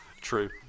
True